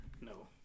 No